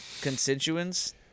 constituents